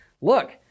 look